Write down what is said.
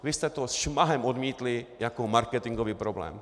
Vy jste to šmahem odmítli jako marketingový problém.